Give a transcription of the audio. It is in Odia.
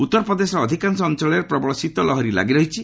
ଉତ୍ତରପ୍ରଦେଶର ଅଧିକାଂଶ ଅଞ୍ଚଳରେ ପ୍ରବଳ ଶୀତ ଲହରି ଲାଗି ରହିଛି